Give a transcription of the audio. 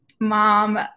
mom